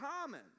common